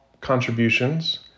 contributions